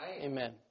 Amen